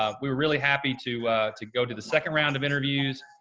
ah we were really happy to to go to the second round of interviews.